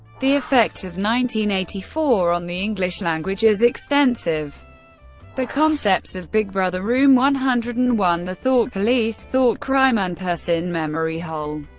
the effect of nineteen eighty-four on the english language is extensive the concepts of big brother, room one hundred and one, the thought police, thoughtcrime, unperson, memory hole,